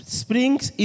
springs